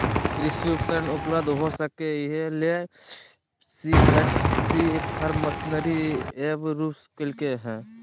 कृषि उपकरण उपलब्ध हो सके, इहे ले सी.एच.सी फार्म मशीनरी एप शुरू कैल्के हइ